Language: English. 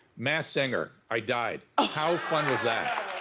masked singer, i died. ah how fun was that?